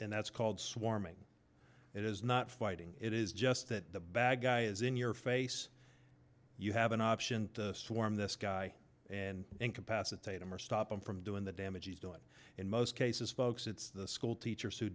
and that's called swarming it is not fighting it is just that the bad guy is in your face you have an option to swarm this guy and incapacitate him or stop him from doing the damage is doing in most cases folks it's the schoolteachers who